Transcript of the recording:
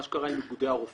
מה שקרה עם איגודי הרופאים,